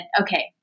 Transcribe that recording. okay